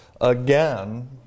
again